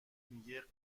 میگه